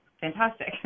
Fantastic